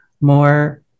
more